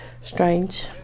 strange